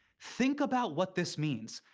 think about what this means.